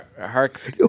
hark